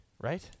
Right